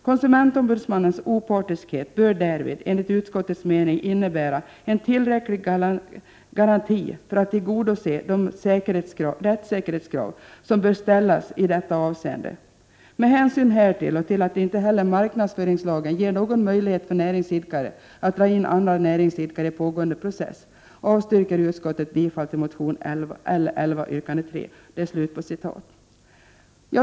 ”Konsumentombudsmannens opartiskhet bör därvid, enligt utskottets mening, innebära en tillräcklig garanti för att tillgodose de rättssäkerhetskrav som bör ställas i detta avseende. Med hänsyn härtill och till att inte heller marknadsföringslagen ger någon möjlighet för näringsidkare att dra in andra näringsidkare i pågående process avstyrker utskottet bifall till motion L11 yrkande 3.” Med detta yrkar jag avslag på reservation 7.